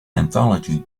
anthology